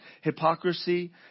Hypocrisy